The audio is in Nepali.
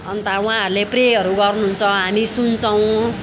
अन्त उहाँहरूले प्रेहरू गर्नुहुन्छ हामी सुन्छौँ